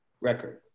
record